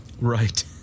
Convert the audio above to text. Right